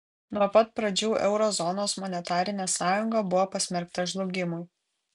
nuo pat pradžių euro zonos monetarinė sąjunga buvo pasmerkta žlugimui